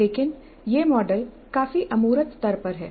लेकिन यह मॉडल काफी अमूर्त स्तर पर है